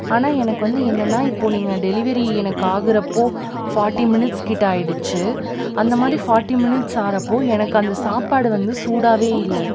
ஆனால் எனக்கு வந்து என்னென்னா இப்போ நீங்க டெலிவெரி எனக்கு ஆகிறப்போ ஃபார்ட்டி மினிட்ஸ் கிட்ட ஆகிடுச்சி அந்த மாதிரி ஃபார்ட்டி மினிட்ஸ் ஆகிறப்போ எனக்கு அந்த சாப்பாடு வந்து சூடாகவே இல்லை